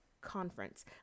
conference